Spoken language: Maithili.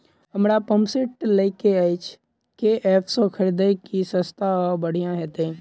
हमरा पंप सेट लय केँ अछि केँ ऐप सँ खरिदियै की सस्ता आ बढ़िया हेतइ?